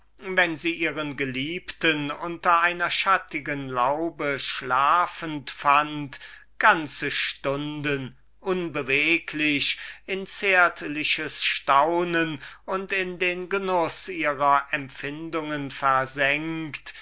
wenn sie ihren geliebten unter einer schattichten laube schlafend fand ganze stunden unbeweglich in zärtliches staunen und in den genuß ihrer empfindungen versenkt